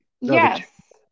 yes